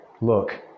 look